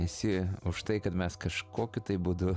esi už tai kad mes kažkokiu būdu